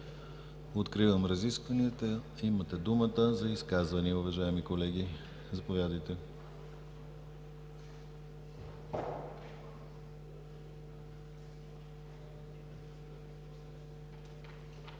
Откривам разискванията. Имате думата за изказвания, уважаеми колеги! Заповядайте,